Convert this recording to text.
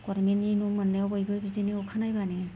गभर्नमेन्टनि न' मोननायाव बयबो बिदिनो अखा नायब्लानो